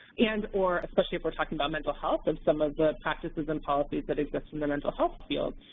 and, or, especially if we're talking about mental health and some of the practices and policies that exist in the mental health field.